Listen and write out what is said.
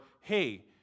hey